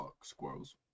squirrels